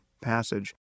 passage